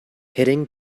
hitting